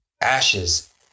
ashes